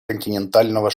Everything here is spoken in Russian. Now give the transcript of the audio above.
континентального